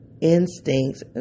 instincts